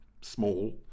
small